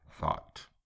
thought